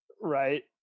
Right